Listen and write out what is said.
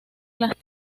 las